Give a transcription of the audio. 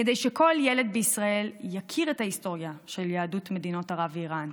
כדי שכל ילד בישראל יכיר את ההיסטוריה של יהדות מדינות ערב ואיראן,